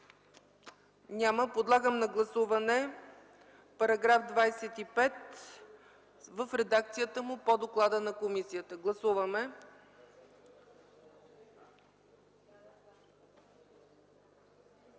Няма. Подлагам на гласуване § 25 в редакцията му по доклада на комисията. Гласували